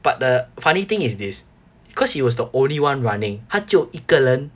but the funny thing is this because she was the only one running 她只有一个人